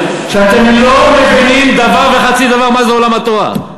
שאתם לא מבינים דבר וחצי דבר מה זה עולם התורה.